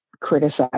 criticize